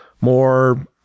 more